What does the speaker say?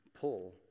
pull